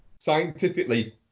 scientifically